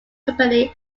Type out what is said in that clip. company